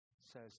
says